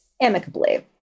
amicably